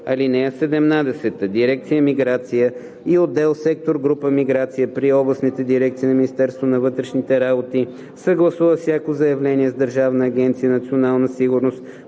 (17) Дирекция „Миграция“ и отдел/сектор/група „Миграция“ при областните дирекции на Министерството на вътрешните работи съгласува всяко заявление с Държавна агенция „Национална сигурност“,